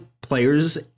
players